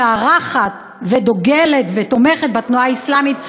שמארחת ודוגלת ותומכת בתנועה האסלאמית,